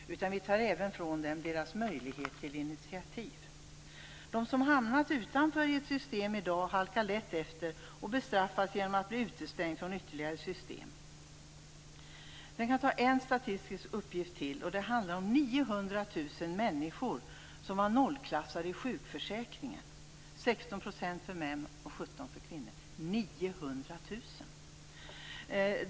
Vi tar även ifrån dem deras möjlighet till initiativ. De som hamnat utanför i ett system i dag halkar lätt efter och bestraffas genom att bli utestängda från ytterligare system. Jag kan ta en statistisk uppgift till. Det handlar om 900 000 människor som var nollklassade i sjukförsäkringen. Det är 16 % för män och 17 % för kvinnor. Det handlar alltså om 900 000 människor!